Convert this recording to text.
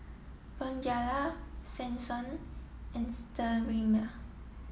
Bonjela Selsun and Sterimar